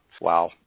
wow